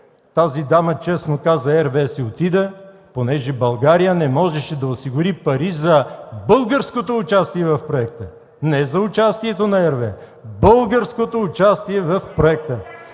Тази дама честно каза: „RWE си отиде, понеже България не можеше да осигури пари за българското участие в проекта”. Не за участието на RWE, българското участие в проекта.